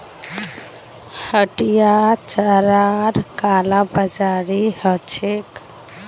हटियात चारार कालाबाजारी ह छेक